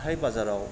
हाथाइ बाजाराव